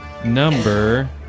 Number